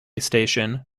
station